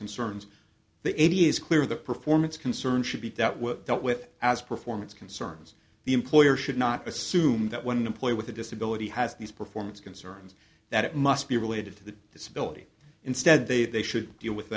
concerns the a p is clear the performance concerns should be that were dealt with as performance concerns the employer should not assume that when an employee with a disability has these performance concerns that it must be related to the disability instead they they should deal with